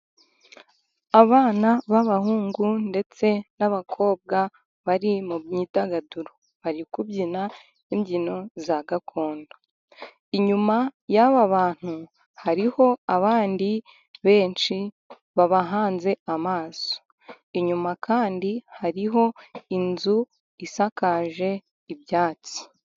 Abana b'abahungu ndetse n'abakobwa bari mu myidagaduro. Bari kubyina imbyino za gakondo, inyuma yabo bantu hariho abandi benshi babahanze amaso. Inyuma kandi hariho inzu isakaje ibyatsi.